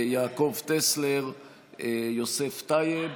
יעקב טסלר ויוסף טייב.